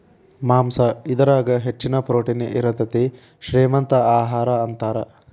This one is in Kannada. ಮಾಂಸಾ ಇದರಾಗ ಹೆಚ್ಚ ಪ್ರೋಟೇನ್ ಇರತತಿ, ಶ್ರೇ ಮಂತ ಆಹಾರಾ ಅಂತಾರ